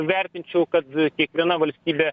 vertinčiau kad kiekviena valstybė